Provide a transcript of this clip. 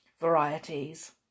varieties